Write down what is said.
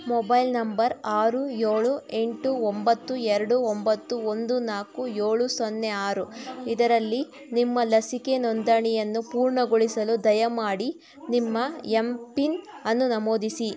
mobile number ಆರು ಏಳು ಎಂಟು ಒಂಬತ್ತು ಎರಡು ಒಂಬತ್ತು ಒಂದು ನಾಲ್ಕು ಏಳು ಸೊನ್ನೆ ಆರು ಇದರಲ್ಲಿ ನಿಮ್ಮ ಲಸಿಕೆ ನೋಂದಣಿಯನ್ನು ಪೂರ್ಣಗೊಳಿಸಲು ದಯಮಾಡಿ ನಿಮ್ಮ ಎಂ ಪಿನ್ ಅನ್ನು ನಮೂದಿಸಿ